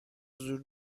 زور